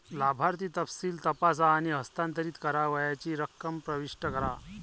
लाभार्थी तपशील तपासा आणि हस्तांतरित करावयाची रक्कम प्रविष्ट करा